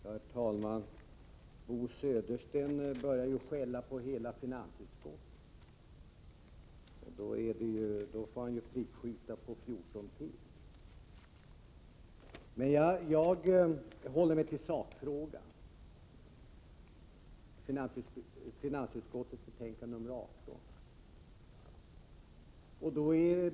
Herr talman! Bo Södersten började med att skjuta prick på finansutskottet, men det återstår ytterligare 14 personer att sikta på. Jag håller mig till sakfrågan, dvs. finansutskottets betänkande 18.